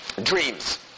dreams